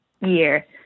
year